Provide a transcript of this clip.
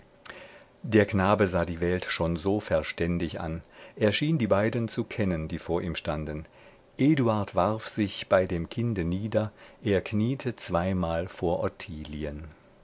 der knabe sah die welt schon so verständig an er schien die beiden zu kennen die vor ihm standen eduard warf sich bei dem kinde nieder er kniete zweimal vor